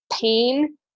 pain